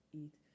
eat